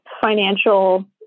financial